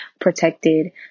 protected